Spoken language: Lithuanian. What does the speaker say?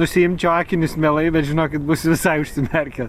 nusiimčiau akinius mielai bet žinokit būsiu visai užsimerkę